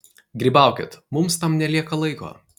grybaukit mums tam nelieka laiko